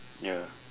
ya